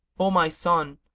o my son!